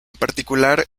particular